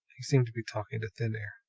he seemed to be talking to thin air.